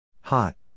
Hot